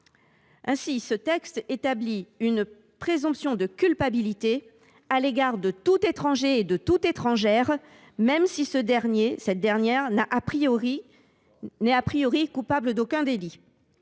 Ainsi ce texte établit il une présomption de culpabilité à l’égard de tout étranger et de toute étrangère, même si ce dernier ou cette dernière n’est coupable d’aucun délit.